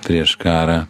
prieš karą